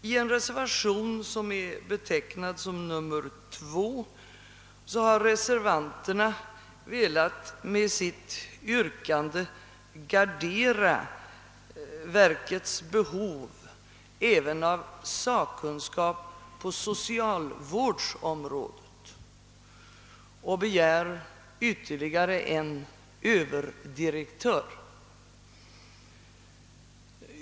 I en reservation som är betecknad som nr 2 har reservanterna velat med sitt yrkande gardera verkets behov av sakkunskap även på socialvårdsområdet och begär ytterligare en överdirektör.